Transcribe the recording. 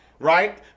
right